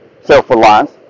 self-reliance